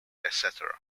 etc